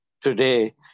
today